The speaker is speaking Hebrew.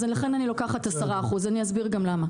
לכן אני לוקחת 10% ואני אסביר למה.